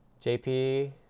JP